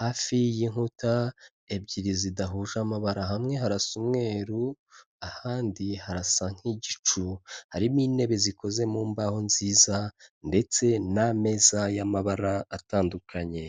hafi y'inkuta ebyiri zidahuje amabara, hamwe harasa umweru ahandi harasa nk'igicu, harimo intebe zikoze mu mbaho nziza ndetse n'ameza y'amabara atandukanye.